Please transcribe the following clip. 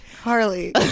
Harley